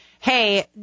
hey